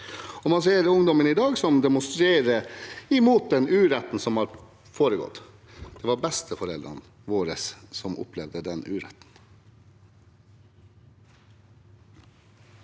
Man ser ungdommen i dag som demonstrerer mot den uretten som har foregått. Det var besteforeldrene våre som opplevde den uretten.